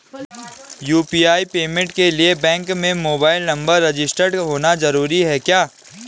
UPI payment के लिए bank में मोबाइल नंबर रजिस्टर्ड होना जरूरी है क्या?